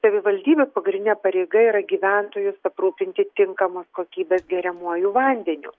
savivaldybių pagrindinė pareiga yra gyventojus aprūpinti tinkamos kokybės geriamuoju vandeniu